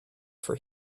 for